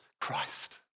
Christ